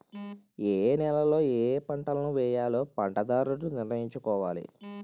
ఏయే నేలలలో ఏపంటలను వేయాలో పంటదారుడు నిర్ణయించుకోవాలి